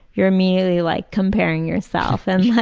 you're immediately like comparing yourself. and